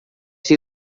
she